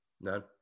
None